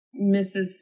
Mrs